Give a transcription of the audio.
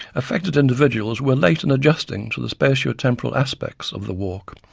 affected individuals were late in adjusting to the spatiotemporal aspects of the walk,